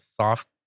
soft